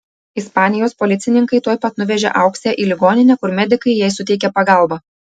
ispanijos policininkai tuoj pat nuvežė auksę į ligoninę kur medikai jai suteikė pagalbą